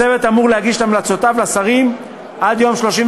הצוות אמור להגיש את המלצותיו לשרים עד יום 31